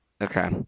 Okay